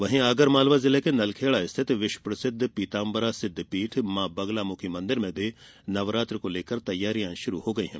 वहीं आगर मालवा जिले के नलखेड़ा स्थित विश्व प्रसिद्ध पीताम्बरा सिद्ध पीठ माँ बगलामुखी मंदिर में नवरात्रि को लेकर तैयारियां चल रही हैं